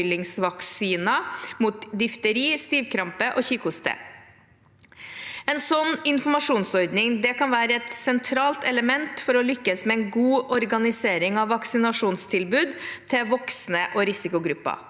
for påfyllingsvaksiner mot difteri, stivkrampe og kikhoste. En slik informasjonsordning kan være et sentralt element for å lykkes med en god organisering av vaksinasjonstilbud til voksne og risikogrupper.